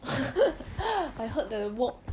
I heard the wok